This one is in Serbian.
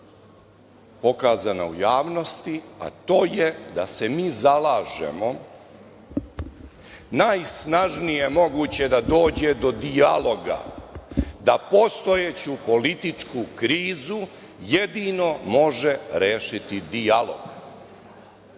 pokazana u javnosti, a to je da se mi zalažemo najsnažnije moguće da dođe do dijaloga, da postojeću političku krizu jedino može rešiti dijalog